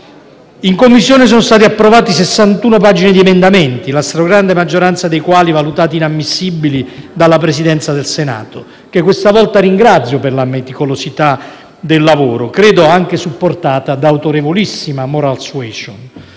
Commissioni riunite sono state approvate 61 pagine di emendamenti, la stragrande maggioranza dei quali valutati inammissibili dalla Presidenza del Senato, che questa volta ringrazio per la meticolosità del lavoro, credo anche supportata da autorevolissima *moral suasion.*